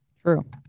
True